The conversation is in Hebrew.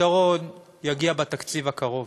הפתרון יגיע בתקציב הקרוב.